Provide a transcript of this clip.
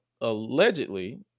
allegedly